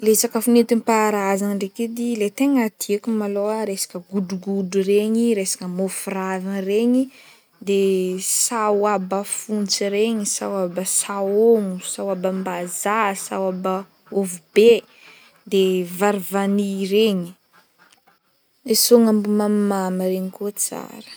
Le sakafo nentim-paharazagna ndraiky edy i, lay tegna tiako malôha resaka godrogodro regny resaka môfo ravigna regny de sahoaba fontsy regny, sahoaba sahôgno, sahoabam-bazaha sahoaba ovy be de vary vanio regny, le soagnambo mamimamy regny koa tsara.